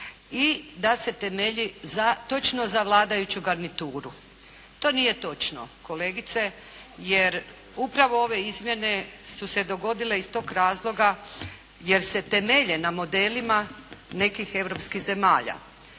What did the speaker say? i da se temelji točno za vladajuću garnituru. To nije točno kolegice jer upravo ove izmjene su se dogodile iz tog razloga jer se temelje na modelima nekih europskih zemalja.